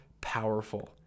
powerful